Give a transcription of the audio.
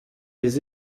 des